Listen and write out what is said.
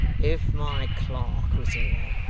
if my clerk was here,